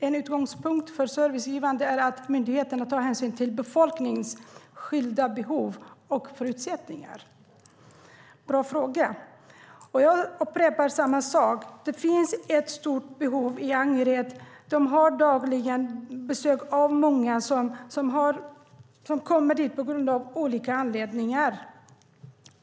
En utgångspunkt för servicegivande är att myndigheterna tar hänsyn till befolkningens skilda behov och förutsättningar. Jag upprepar vad jag sade tidigare. Det finns ett stort behov i Angered. Servicekontoret har dagligen besök av många som kommer dit av olika anledningar.